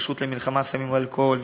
הרשות למלחמה בסמים ובאלכוהול,